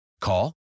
Call